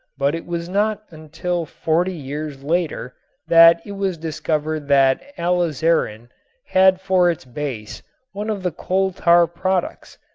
but it was not until forty years later that it was discovered that alizarin had for its base one of the coal-tar products,